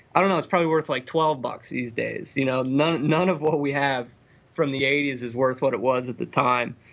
i don't know, it's probably worth like twelve bucks these days. you know none none of what we have from the eighty s is worth what it was at the time.